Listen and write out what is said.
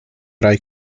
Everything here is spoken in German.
drei